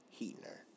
Heitner